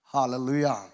Hallelujah